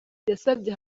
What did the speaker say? yasabye